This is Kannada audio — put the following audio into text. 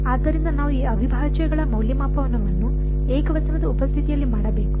ಆದ್ದರಿಂದ ನಾವು ಈ ಅವಿಭಾಜ್ಯಗಳ ಮೌಲ್ಯಮಾಪನವನ್ನು ಏಕವಚನದ ಉಪಸ್ಥಿತಿಯಲ್ಲಿ ಮಾಡಬೇಕು